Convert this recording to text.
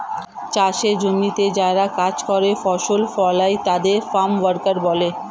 চাষের জমিতে যারা কাজ করে, ফসল ফলায় তাদের ফার্ম ওয়ার্কার বলে